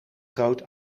groot